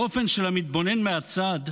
באופן שלמתבונן מהצד,